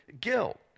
guilt